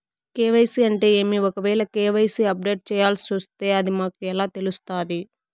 KYC అంటే ఏమి? ఒకవేల కె.వై.సి అప్డేట్ చేయాల్సొస్తే అది మాకు ఎలా తెలుస్తాది?